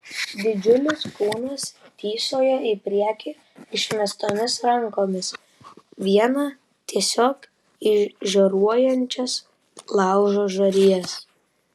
didžiulis kūnas tįsojo į priekį išmestomis rankomis viena tiesiog į žioruojančias laužo žarijas